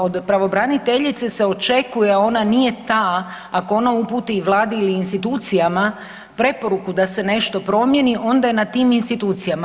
Od pravobraniteljice se očekuje ona nije ta ako ona uputi Vladi ili institucijama preporuku da se nešto promijeni, onda je na tim institucijama.